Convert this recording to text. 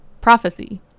prophecy